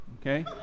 okay